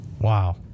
Wow